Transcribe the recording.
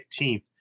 15th